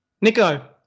Nico